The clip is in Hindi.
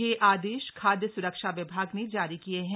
यह आदेश खाद्य स्रक्षा विभाग ने जारी किये हैं